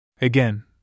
Again